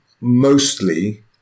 mostly